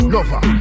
Lover